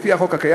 לפי החוק הקיים,